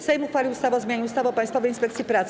Sejm uchwalił ustawę o zmianie ustawy o Państwowej Inspekcji Pracy.